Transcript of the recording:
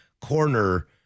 Corner